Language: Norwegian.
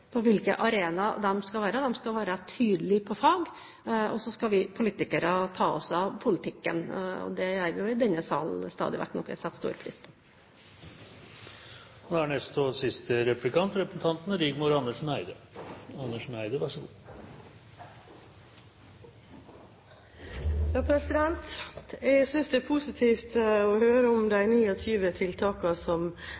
på hvilke arenaer de skal være. De skal være tydelige på fag, og så skal vi politikere ta oss av politikken. Det gjør vi i denne salen stadig vekk, noe jeg setter stor pris på. Jeg synes det er positivt å høre om de 29 tiltakene som statsråden nevner, som er ute på en slags høring eller iverksatt på et vis. Det